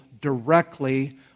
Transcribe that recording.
directly